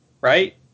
right